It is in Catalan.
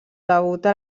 debuta